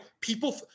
People –